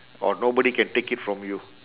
or nobody can take it from you